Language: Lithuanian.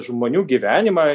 žmonių gyvenimą